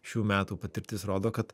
šių metų patirtis rodo kad